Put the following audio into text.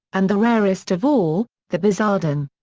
and the rarest of all, the bizarden.